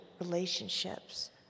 relationships